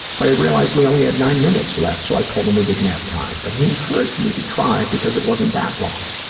but i realized we only had nine minutes left, so i told him we didn't have time. but he encouraged me to try because it wasn't that long.